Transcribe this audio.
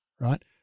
right